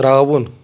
ترٛاوُن